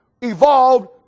evolved